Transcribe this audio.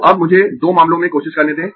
तो अब मुझे दो मामलों में कोशिश करने दें